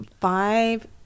Five